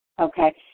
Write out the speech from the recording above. Okay